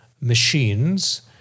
machines